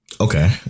Okay